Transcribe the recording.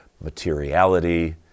materiality